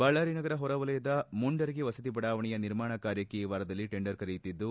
ಬಳ್ಳಾರಿ ನಗರ ಹೊರ ವಲಯದ ಮುಂಡರಗಿ ವಸತಿ ಬಡಾವಣೆಯ ನಿರ್ಮಾಣ ಕಾರ್ಯಕ್ಕೆ ಈ ವಾರದಲ್ಲಿ ಟೆಂಡರ್ ಕರೆಯುತ್ತಿದ್ದು